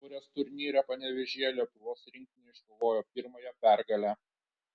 taurės turnyre panevėžyje lietuvos rinktinė iškovojo pirmąją pergalę